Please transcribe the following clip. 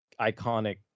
iconic